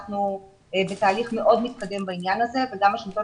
אנחנו בתהליך מאוד מתקדם בעניין הזה וגם השלטון